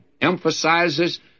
emphasizes